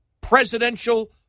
presidential